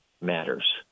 matters